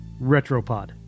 retropod